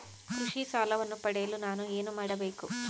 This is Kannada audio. ಕೃಷಿ ಸಾಲವನ್ನು ಪಡೆಯಲು ನಾನು ಏನು ಮಾಡಬೇಕು?